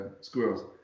squirrels